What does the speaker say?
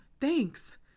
Thanks